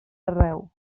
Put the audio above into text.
arreu